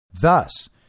Thus